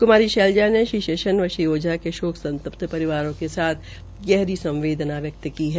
क्मारी शैलजा ने श्री सेशन व श्री ओझा के शोकसंत त रिवारों के साथ संवदेनायें व्यक्त की है